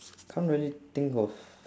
can't really think of